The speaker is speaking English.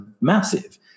massive